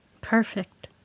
Perfect